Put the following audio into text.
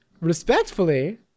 Respectfully